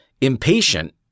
impatient